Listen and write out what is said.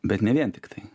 bet ne vien tiktai